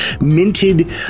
minted